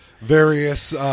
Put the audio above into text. various